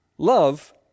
Love